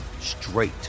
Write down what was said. straight